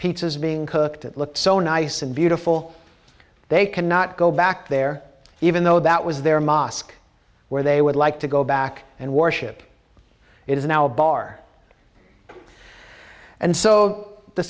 pizzas being cooked it looks so nice and beautiful they cannot go back there even though that was their mosque where they would like to go back and worship it is now bar and so the